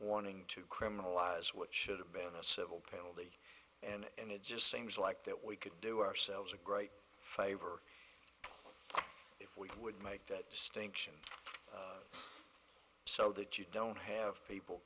wanting to criminalize what should have been a civil penalty and it just seems like that we could do ourselves a great favor if we would make that distinction so that you don't have people